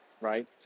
right